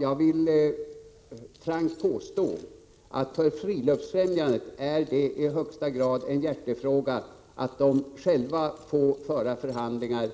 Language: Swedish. Jag vill helt frankt hävda att det för Friluftsfrämjandet i högsta grad är en hjärtefråga att själv få föra förhandlingar